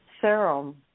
serum